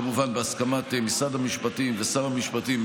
כמובן בהסכמת משרד המשפטים ושר המשפטים,